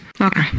Okay